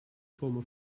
former